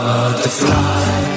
Butterfly